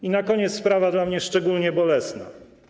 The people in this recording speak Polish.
I na koniec sprawa dla mnie szczególnie bolesna.